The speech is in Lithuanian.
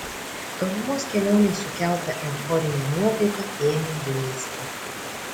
tolimos kelionės sukelta euforinė nuotaika ėmė blėsti